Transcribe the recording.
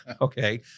Okay